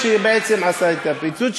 שבעצם עשה את הפיצוץ,